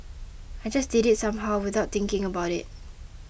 I just did it somehow without thinking about it